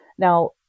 Now